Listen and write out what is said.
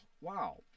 Wow